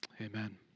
amen